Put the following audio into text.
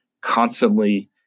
constantly